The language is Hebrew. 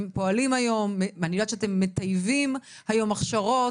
פועלים היום ואני יודעת שאתם מטייבים היום הכשרות,